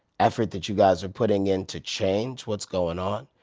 effort that you guys are putting into change what's going on.